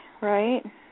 right